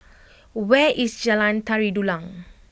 where is Jalan Tari Dulang